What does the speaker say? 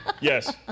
Yes